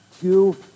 two